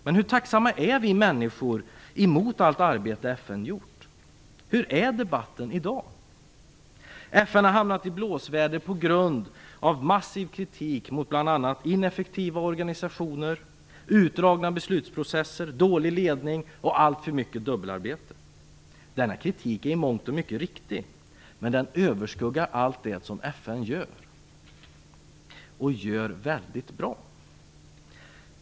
Men hur tacksamma är vi människor gentemot allt arbete FN gjort? Hurdan är debatten i dag? FN har hamnat i blåsväder på grund av en massiv kritik mot bl.a. ineffektiva organisationer, utdragna beslutsprocesser, dålig ledning och alltför mycket dubbelarbete. Denna kritik är i mångt och mycket riktig, men den överskuggar allt det som FN gör och som man gör väldigt bra.